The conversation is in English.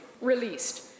released